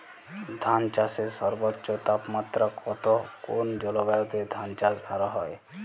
ধান চাষে সর্বোচ্চ তাপমাত্রা কত কোন জলবায়ুতে ধান চাষ ভালো হয়?